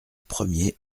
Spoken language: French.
premier